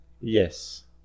Yes